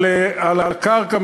על הקרקע,